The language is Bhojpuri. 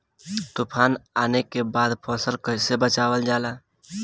तुफान आने के बाद फसल कैसे बचावल जाला?